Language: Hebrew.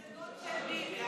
מלינובסקי.